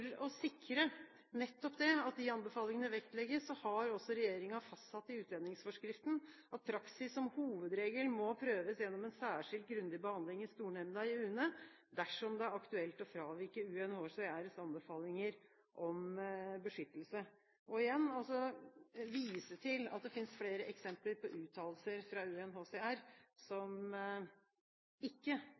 å sikre at de anbefalingene vektlegges, har også regjeringen fastsatt i utlendingsforskriften at praksis som hovedregel må prøves gjennom en særskilt grundig behandling i stornemnda i UNE dersom det er aktuelt å fravike UNHCRs anbefalinger om beskyttelse. Det finnes flere eksempler på uttalelser fra UNHCR som ikke